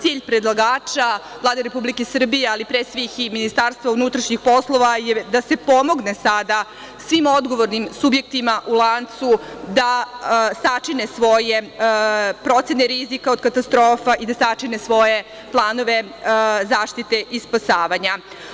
Cilj predlagača Vlade Republike Srbije, ali pre svih i Ministarstva unutrašnjih poslova, je da se pomogne sada svim odgovornim subjektima u lancu da sačine svoje procene rizika od katastrofa i da sačine svoje planove zaštite i spasavanja.